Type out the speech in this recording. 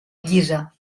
llisa